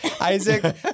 Isaac